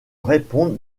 répondre